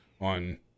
on